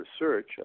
research